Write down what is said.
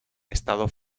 estado